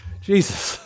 Jesus